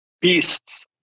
beasts